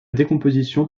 décomposition